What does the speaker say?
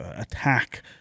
attack